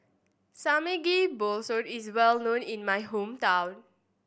Samgeyopsal is well known in my hometown